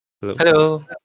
Hello